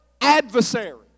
adversary